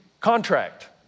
Contract